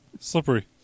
Slippery